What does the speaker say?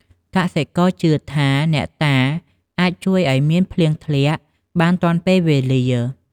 កសិករជឿថា អ្នកតាអាចជួយឲ្យមានភ្លៀងធ្លាក់បានទាន់ពេលវេលា។